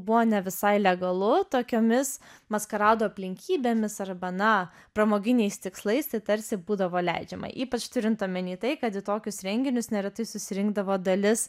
buvo ne visai legalu tokiomis maskaradų aplinkybėmis arba na pramoginiais tikslais tai tarsi būdavo leidžiama ypač turint omeny tai kad į tokius renginius neretai susirinkdavo dalis